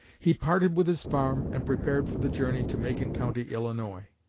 he parted with his farm and prepared for the journey to macon county, illinois.